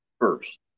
first